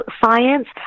science